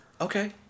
Okay